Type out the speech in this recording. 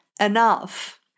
enough